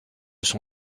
son